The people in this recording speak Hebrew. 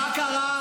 מה קרה?